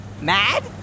Mad